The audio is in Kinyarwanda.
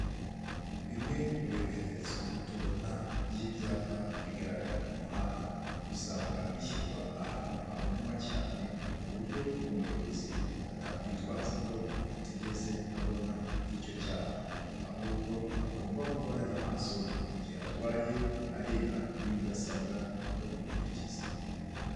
Bimwe mu bimenyetso tubona by'ibyapa bigaragara mu muhanda, usanga bishyirwa ahantu habonwa cyane, ku buryo umuyobozi atakwitwaza ko atigeze abona icyo cyapa, ahubwo agomba guhora ari maso mu gihe atwaye, areba n'ibyo asabwa no gukurikiza.